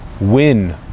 Win